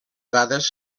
dades